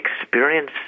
experience